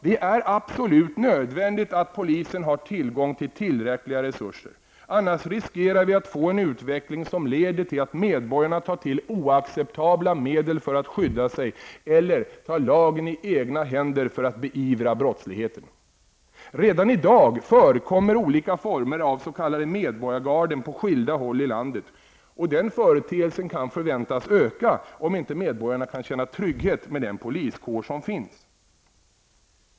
Det är absolut nödvändigt att polisen har tillgång till tillräckliga resurser, för annars riskerar vi en utveckling som leder till att medborgarna tar till oacceptabla medel för att skydda sig eller att medborgarna tar lagen i egna händer för att beivra brottsligheten. Redan i dag förekommer olika former av s.k. medborgargarden på skilda håll i landet, och när det gäller denna företeelse kan man vänta sig en ökning om inte medborgarna kan känna sig trygga med den poliskår som finns.